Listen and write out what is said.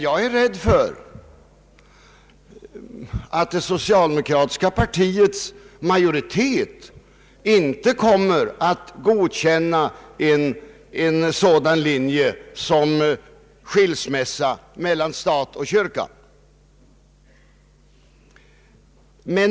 Jag är rädd för att det socialdemokratiska partiets majoritet inte kommer att godkänna en skilsmässa mellan stat och kyrka.